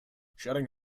shutting